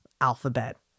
alphabet